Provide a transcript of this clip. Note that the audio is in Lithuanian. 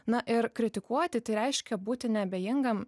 na ir kritikuoti tai reiškia būti neabejingam